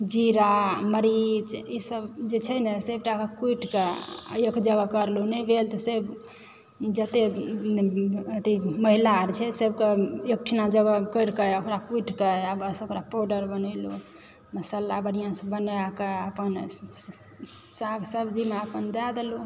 जीरा मरीच ईभ जे छै न से एकटामे कुटिके आ एक जगह करलहुँ आ नहि भेल तऽ से जतय अथी महिलाआर छै सेसभ कऽ एकठुना एक जगह करिके कुटिके सभ ओकरा पावडर बनेलु मसाला बढ़िआँसँ बनाके अपन साग सब्जीमे अपन दय देलहुँ